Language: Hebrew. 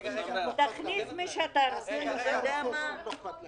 אבל זה פחות טופסולוגיה.